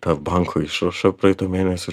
tą banko išrašą praeito mėnesio ir